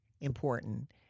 important